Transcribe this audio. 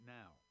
now